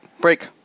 Break